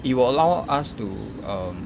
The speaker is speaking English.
it will allow us to err